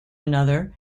another